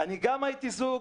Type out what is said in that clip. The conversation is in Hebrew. גם אני הייתי זוג,